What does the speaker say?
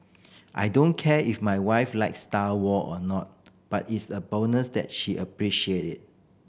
I don't care if my wife likes Star War or not but it's a bonus that she appreciate it